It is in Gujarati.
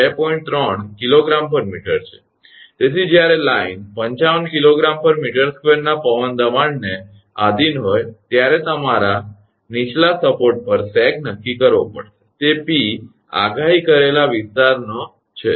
તેથી જ્યારે લાઇન 55 𝐾𝑔 𝑚2 ના પવન દબાણને આધિન હોય ત્યારે તમારે નીચલા સપોર્ટ પર સેગ નક્કી કરવો પડશે તે 𝑃 આગાહી કરેલા વિસ્તારનો છે